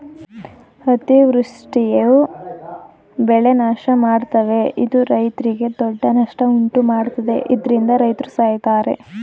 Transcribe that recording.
ಅತಿವೃಷ್ಟಿಯು ಬೆಳೆ ನಾಶಮಾಡ್ತವೆ ಇದು ರೈತ್ರಿಗೆ ದೊಡ್ಡ ನಷ್ಟ ಉಂಟುಮಾಡ್ತದೆ ಇದ್ರಿಂದ ರೈತ್ರು ಸಾಯ್ತರೆ